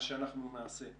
מה שאנחנו נעשה,